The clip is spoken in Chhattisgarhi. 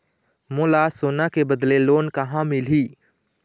मोला सोना के बदले लोन कहां मिलही?